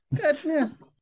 goodness